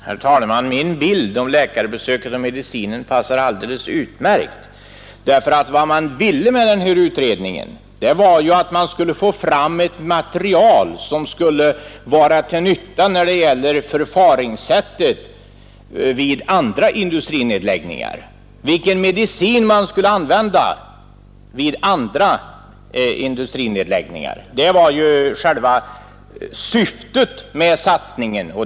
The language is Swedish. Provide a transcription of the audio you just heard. Herr talman! Vi har ju inte medicinsk sakkunskap någon av oss, så vi kanske inte skall fortsätta den tvisten — det är väl en tvist om ord. Jag tycker att det närmast verkar som om man håller på att klarlägga ett förlopp och en utveckling som man vill ha bättre kunskap om. Men jag tycker på samma gång att det är väldigt angeläget att vi hushållar med pengar.